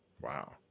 Wow